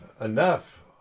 enough